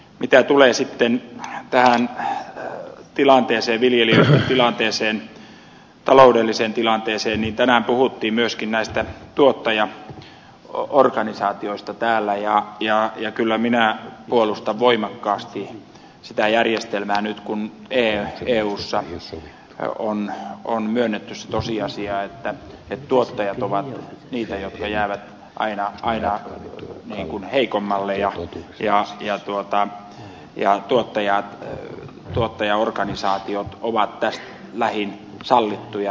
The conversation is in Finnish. mitä tulee sitten tähän viljelijöitten taloudelliseen tilanteeseen niin tänään puhuttiin myöskin näistä tuottajaorganisaatioista täällä ja kyllä minä puolustan voimakkaasti sitä järjestelmää nyt kun eussa on myönnetty se tosiasia että tuottajat ovat niitä jotka jäävät aina heikommalle ja tuottajaorganisaatiot ovat tästä lähin sallittuja